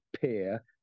peer